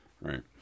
right